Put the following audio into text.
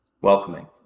welcoming